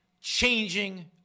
changing